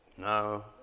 No